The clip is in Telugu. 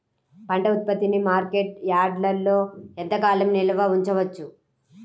పంట ఉత్పత్తిని మార్కెట్ యార్డ్లలో ఎంతకాలం నిల్వ ఉంచవచ్చు?